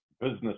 business